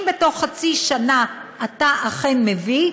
אם בתוך חצי שנה אתה אכן מביא,